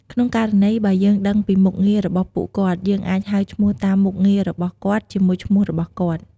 ក្នុងករណីបើយើងដឹងពីមុខងាររបស់ពួកគាត់ យើងអាចហៅឈ្មោះតាមមុខងាររបស់គាត់ជាមួយឈ្មោះរបស់គាត់។